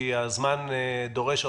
כי הזמן דורש,